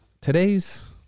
Today's